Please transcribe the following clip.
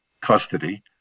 custody